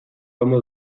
fama